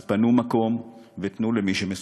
אז פנו מקום ותנו למי שמסוגל.